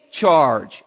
charge